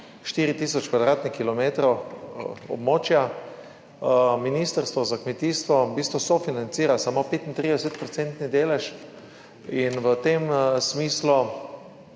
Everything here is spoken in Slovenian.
4 tisoč kvadratnih kilometrov območja. Ministrstvo za kmetijstvo v bistvu sofinancira samo 35-procentni delež. V tem smislu